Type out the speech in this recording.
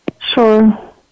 Sure